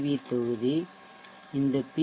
we தொகுதி இந்த B